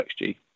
XG